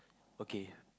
okay